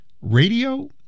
Radio